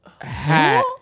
hat